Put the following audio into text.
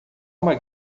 uma